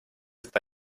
ist